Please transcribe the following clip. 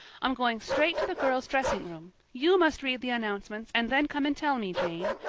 i'm going straight to the girls' dressing room. you must read the announcements and then come and tell me, jane.